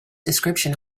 description